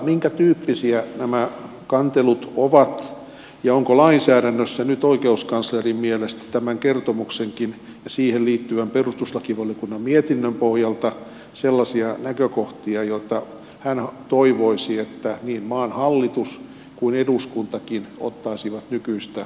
minkä tyyppisiä nämä kantelut ovat ja onko lainsäädännössä nyt oikeuskanslerin mielestä tämän kertomuksenkin ja siihen liittyvän perustuslakivaliokunnan mietinnön pohjalta sellaisia näkökohtia joita hän toivoisi että niin maan hallitus kuin eduskuntakin ottaisivat nykyistä paremmin huomioon